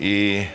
и